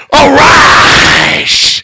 arise